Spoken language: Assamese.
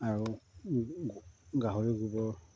আৰু গ গাহৰি গোবৰ